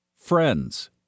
friends